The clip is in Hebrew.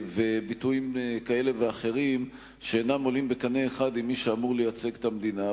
וביטויים כאלה ואחרים שאינם עולים בקנה אחד עם מי שאמור לייצג את המדינה.